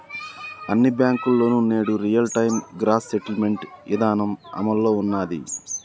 అన్ని బ్యేంకుల్లోనూ నేడు రియల్ టైం గ్రాస్ సెటిల్మెంట్ ఇదానం అమల్లో ఉన్నాది